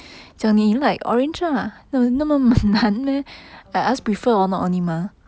okay okay